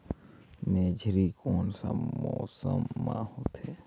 मेझरी कोन सा मौसम मां होथे?